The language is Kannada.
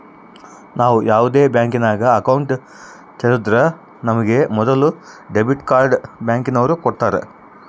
ನಾವು ಯಾವ್ದೇ ಬ್ಯಾಂಕಿನಾಗ ಅಕೌಂಟ್ ತೆರುದ್ರೂ ನಮಿಗೆ ಮೊದುಲು ಡೆಬಿಟ್ ಕಾರ್ಡ್ನ ಬ್ಯಾಂಕಿನೋರು ಕೊಡ್ತಾರ